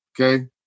okay